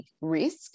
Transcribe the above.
risk